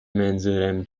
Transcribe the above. منظورم